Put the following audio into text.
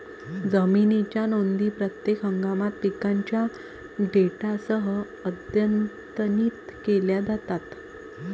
जमिनीच्या नोंदी प्रत्येक हंगामात पिकांच्या डेटासह अद्यतनित केल्या जातात